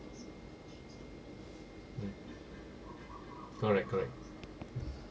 mm correct correct